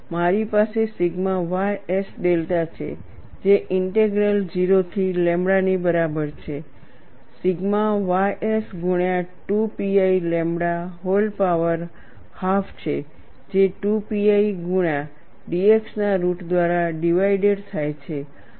મારી પાસે sigma ys delta છે જે ઇન્ટેગ્રલ 0 થી લેમ્બ્ડા ની બરાબર છે સિગ્મા ys ગુણ્યા 2 pi lambda whole power half છે જે 2 pi x dx ના રુટ દ્વારા ડીવાઈડેડ થાય છે